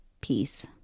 peace